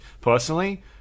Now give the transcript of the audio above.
personally